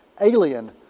Alien